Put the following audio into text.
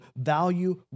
value